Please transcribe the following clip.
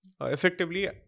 effectively